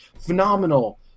phenomenal